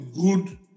good